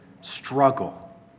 struggle